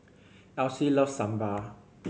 Alcie loves Sambar